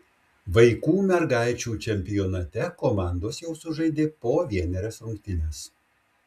vaikų mergaičių čempionate komandos jau sužaidė po vienerias rungtynes